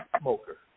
smoker